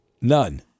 None